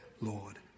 Lord